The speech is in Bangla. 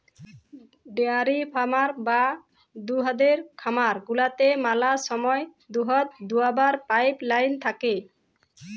ডেয়ারি ফারাম বা দুহুদের খামার গুলাতে ম্যালা সময় দুহুদ দুয়াবার পাইপ লাইল থ্যাকে